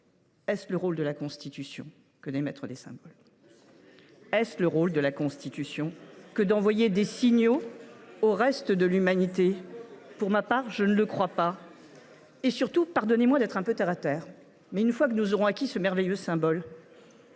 Est ce le rôle de la Constitution que d’émettre des symboles ? C’est un symbole de la République ! Est ce le rôle de la Constitution que d’envoyer des signaux au reste de l’humanité ? Pour ma part, je ne le crois pas. Pardonnez moi d’être un peu terre à terre, mais, une fois que nous aurons acquis ce merveilleux symbole,